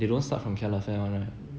they don't start from calefare [one] right